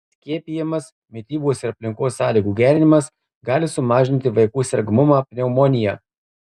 skiepijimas mitybos ir aplinkos sąlygų gerinimas gali sumažinti vaikų sergamumą pneumonija